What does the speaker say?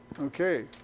Okay